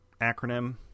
acronym